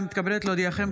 אני מתכבדת להודיעכם,